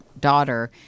daughter